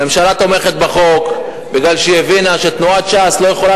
הממשלה תומכת בחוק כי היא הבינה שתנועת ש"ס לא יכולה